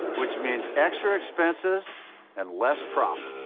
which means extra expenses and less profit.